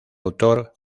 autor